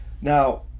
Now